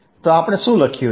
તો આપણે શું લખ્યું છે